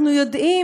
אנחנו יודעים,